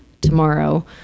tomorrow